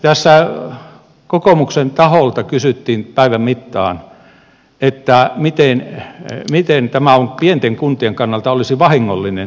sitten tässä kokoomuksen taholta kysyttiin päivän mittaan että miten tämä keskustan esittämä ratkaisu olisi pienten kuntien kannalta vahingollinen